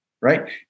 Right